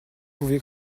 pouvez